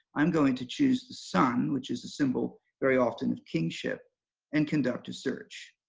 i'm going to choose the sun which is a symbol very often of kingship and conduct a search.